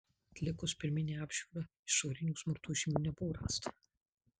atlikus pirminę apžiūrą išorinių smurto žymių nebuvo rasta